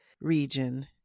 region